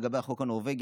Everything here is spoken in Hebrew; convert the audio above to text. לגבי החוק הנורבגי,